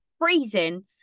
freezing